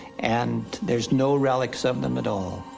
and there's no relics of them at all.